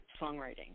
songwriting